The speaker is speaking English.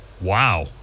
wow